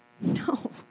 No